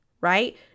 right